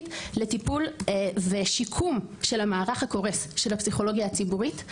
לטיפול ושיקום של המערך הקורס של הפסיכולוגיה הציבורית,